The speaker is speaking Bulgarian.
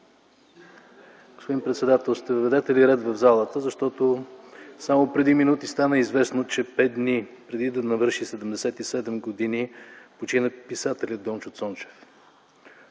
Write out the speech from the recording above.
Господин председател, ще въведете ли ред в залата? Само преди минути стана известно, че пет дни преди да навърши 77 години почина писателят Дончо Цончев